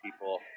people